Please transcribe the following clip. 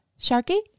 Sharky